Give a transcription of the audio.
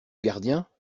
gardien